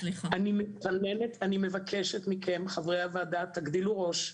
אני מבקשת מכם חברי הוועדה תגדילו ראש,